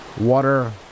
water